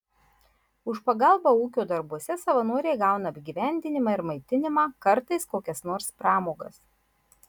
už pagalbą ūkio darbuose savanoriai gauna apgyvendinimą ir maitinimą kartais kokias nors pramogas